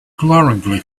glaringly